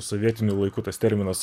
sovietinių laikų tas terminas